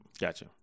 Gotcha